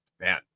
man